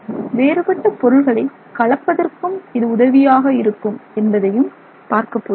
வேறுபட்ட பொருள்களை கலப்பதற்கும் இது உதவியாக இருக்கும் என்பதையும் பார்க்கப் போகிறோம்